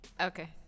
Okay